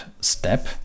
step